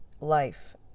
life